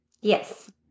Yes